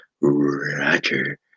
Roger